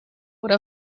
would